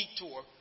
detour